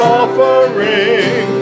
offering